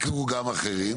הזכירו גם אחרים,